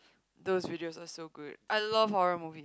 those videos are so good I love horror movie